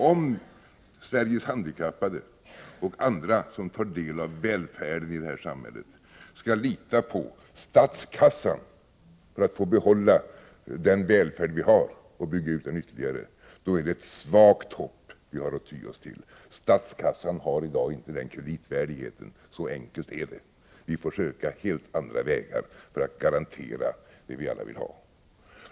Om Sveriges handikappade och andra som tar del av välfärden i det här samhället skall lita på statskassan för att få behålla den välfärd som vi har och bygga ut den ytterligare, då är det ett svagt hopp vi har att ty oss till. Statskassan har i dag inte den kreditvärdigheten — så enkelt är det. Vi får söka helt andra vägar för att garantera det vi alla vill ha.